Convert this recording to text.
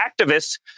activists